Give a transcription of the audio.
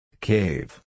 Cave